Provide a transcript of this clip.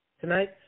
Tonight